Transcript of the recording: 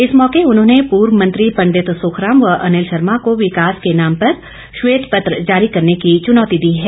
इस मौके उन्होंने पूर्व मंत्री पंडित सुखराम व अनिल शर्मा को विकास के नाम पर श्वेत पत्र जारी करने की चुनौती दी है